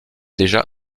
déjà